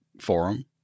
forum